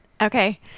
Okay